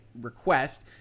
request